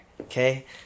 Okay